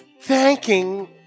thanking